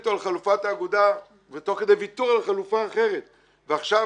החליטו על חלופת האגודה תוך כדי ויתור על חלופה אחרת ועכשיו